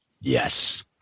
Yes